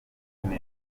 indi